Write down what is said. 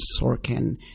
Sorkin